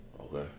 Okay